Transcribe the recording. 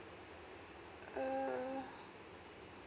err